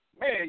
man